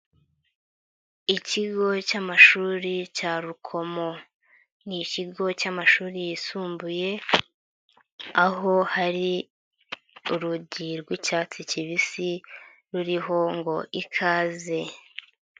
Ikigo cy'amashuri cya Rukomo, ni ikigo cy'amashuri yisumbuye aho hari urugi rw'icyatsi kibisi ruriho ngo: "Ikaze".